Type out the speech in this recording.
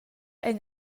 ein